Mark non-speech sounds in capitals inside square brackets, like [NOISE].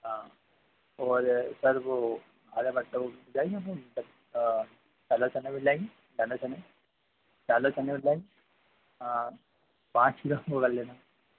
और सर वह [UNINTELLIGIBLE] काला चना मिल जाएगा काला चना काले चने मिल जाएंगे पाँच किलो वह कर लेना